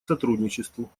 сотрудничеству